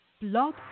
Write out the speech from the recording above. Blog